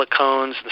silicones